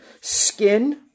Skin